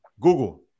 Google